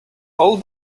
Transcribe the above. all